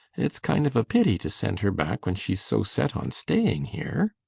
it's kind of a pity to send her back when she's so set on staying here.